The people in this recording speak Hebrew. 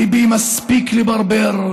ביבי, מספיק לברבר,